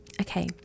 okay